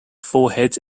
foreheads